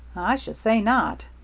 i should say not.